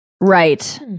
Right